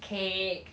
cake